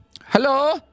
Hello